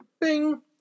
Bing